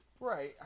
Right